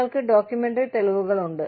നിങ്ങൾക്ക് ഡോക്യുമെന്ററി തെളിവുകൾ ഉണ്ട്